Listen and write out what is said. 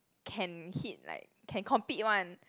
can hit like can compete one